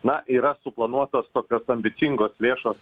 na yra suplanuotos tokios ambicingos lėšos